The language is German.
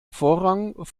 vorrang